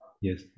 Yes